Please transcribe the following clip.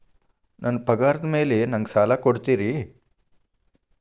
ನನ್ನ ಪಗಾರದ್ ಮೇಲೆ ನಂಗ ಸಾಲ ಕೊಡ್ತೇರಿ?